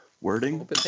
Wording